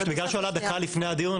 בגלל שהוא עלה דקה לפני הדיון,